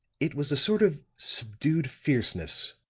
it was a sort of subdued fierceness,